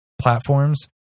platforms